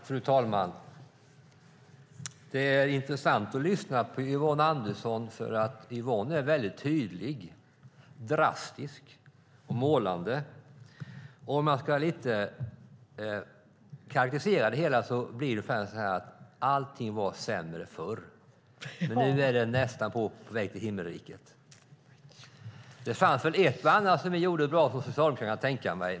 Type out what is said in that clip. Fru talman! Det är intressant att lyssna på Yvonne Andersson, för hon är väldigt tydlig, drastisk och målande. Om jag ska karakterisera det hela blir det så här: Allting var sämre förr, och nu är vi nästan på väg till himmelriket. Det fanns väl ett och annat som vi socialdemokrater gjorde bra, kan jag tänka mig.